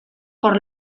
por